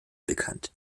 bekannt